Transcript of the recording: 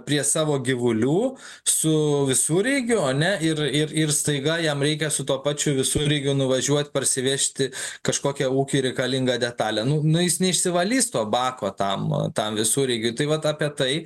prie savo gyvulių su visureigiu ane ir ir ir staiga jam reikia su tuo pačiu visureigiu nuvažiuot parsivežti kažkokią ūkiui reikalingą detalę nu nu jis neišsivalys to bako tam tam visureigiui tai vat apie tai